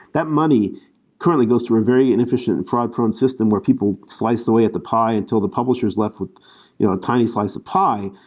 that money currently goes to a very inefficient fraud prone system where people slice away at the pie until the publisher is left with you know a tiny slice of pie.